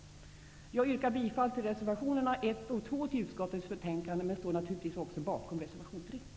Jag yrkar bifall till reservationerna 1 och 2 till utskottets betänkande men står naturligtvis också bakom reservation 3.